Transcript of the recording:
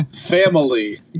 Family